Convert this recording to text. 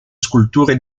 sculture